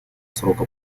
срока